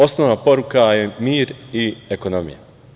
Osnovna poruka je mir i ekonomija.